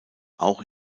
auch